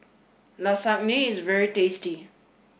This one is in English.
Isagne is very tasty